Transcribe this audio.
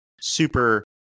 super